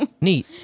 Neat